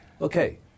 Okay